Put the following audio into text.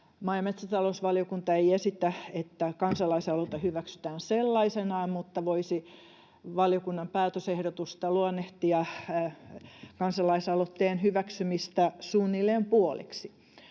Maa‑ ja metsätalousvaliokunta ei esitä, että kansalaisaloite hyväksytään sellaisenaan, mutta valiokunnan päätösehdotusta voisi luonnehtia kansalaisaloitteen hyväksymistä suunnilleen puoliksi,